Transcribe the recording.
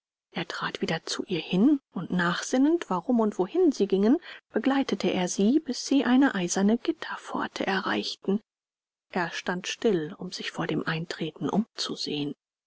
er trat wieder zu ihr hin und nachsinnend warum und wohin sie gingen begleitete er sie bis sie eine eiserne gitterpforte erreichten er stand still um sich vor dem eintreten umzusehen